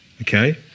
Okay